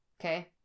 Okay